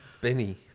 Benny